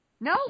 No